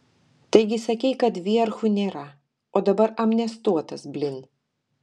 taigi sakei kad vierchų nėra o dabar amnestuotas blin